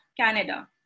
Canada